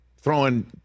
throwing